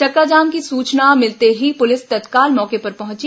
चक्काजाम की सूचना मिलते ही पुलिस तत्काल मौके पर पहुंची